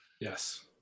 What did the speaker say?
yes